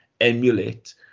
emulate